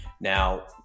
Now